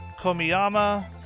Komiyama